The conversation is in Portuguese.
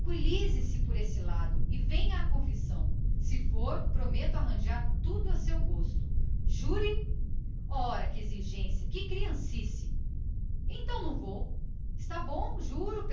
tranqüilize-se por esse lado e venha a ter comigo à igreja tudo se acomodará a seu gosto jure ora que exigência que criancice então não vou está bom juro